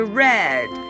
red